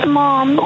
mom